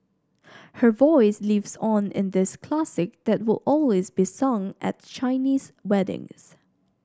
her voice lives on in this classic that will always be sung at Chinese weddings